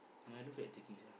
no I don't feel like talking sia